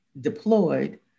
deployed